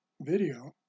video